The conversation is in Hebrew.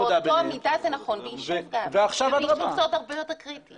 באותה מידה זה נכון ביישוב וביישוב זה עוד הרבה יותר קריטי.